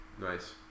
Nice